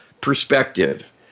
perspective